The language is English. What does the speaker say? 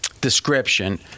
description